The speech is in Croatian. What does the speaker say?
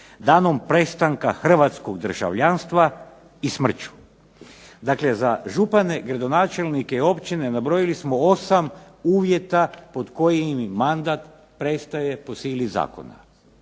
danom prestanka hrvatskog državljanstva i smrću." Dakle, za župane, gradonačelnike i općine nabrojili smo osam uvjeta pod kojim im mandat prestaje po sili zakona